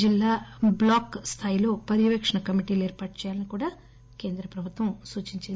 జిల్లా బ్లాక్ స్టెల్లో పర్యవేకణ కమిటీల ఏర్పాటు చేయాలని కూడా కేంద్ర ప్రభుత్వం సూచించింది